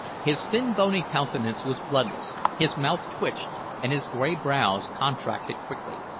his thin, bony countenance was bloodless, his mouth twitched and his gray brows contracted quickly.